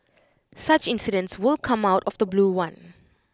such incidents will come out of the blue one